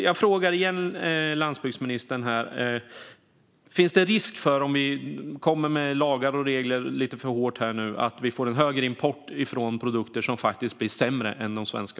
Jag frågar landsbygdsministern igen: Om vi kommer med lite för hårda lagar och regler finns det då risk för att vi får en större import av produkter som blir sämre än de svenska?